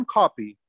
copy